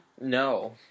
No